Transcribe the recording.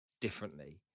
differently